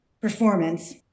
performance